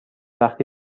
وقتی